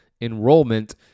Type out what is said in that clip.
enrollment